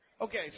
okay